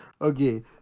Okay